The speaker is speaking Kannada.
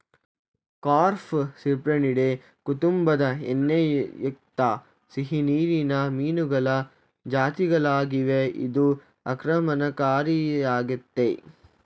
ಕಾರ್ಪ್ ಸಿಪ್ರಿನಿಡೆ ಕುಟುಂಬದ ಎಣ್ಣೆಯುಕ್ತ ಸಿಹಿನೀರಿನ ಮೀನುಗಳ ಜಾತಿಗಳಾಗಿವೆ ಇದು ಆಕ್ರಮಣಕಾರಿಯಾಗಯ್ತೆ